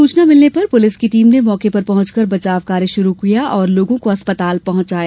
सूचना मिलने पर पुलिस की टीम ने मौके पर पहँचकर बचाव कार्य शुरू किया और लोगों को अस्पताल पहँचाया